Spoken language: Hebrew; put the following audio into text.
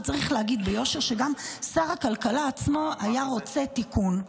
וצריך להגיד ביושר שגם שר הכלכלה עצמו היה רוצה תיקון.